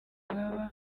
baba